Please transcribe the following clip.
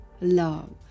love